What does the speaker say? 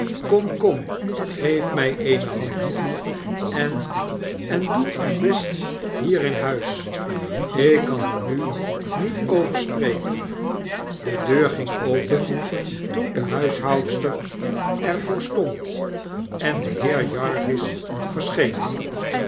komi kom geef mij eene hand en en doe uw best hier in huis ik kan er nu niet over spreken de deur ging open toen de huishoudster er voor stond en de heer jarvis verscheen